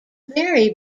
vary